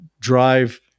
drive